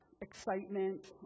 excitement